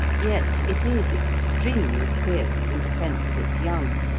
yet it is extremely fierce in defence of its young,